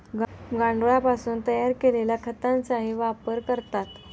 गांडुळापासून तयार केलेल्या खताचाही वापर करतात